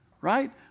right